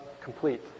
complete